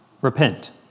Repent